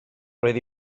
roedd